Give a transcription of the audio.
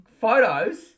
photos